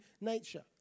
nature